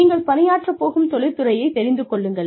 நீங்கள் பணியாற்றப்போகும் தொழில் துறையைத் தெரிந்து கொள்ளுங்கள்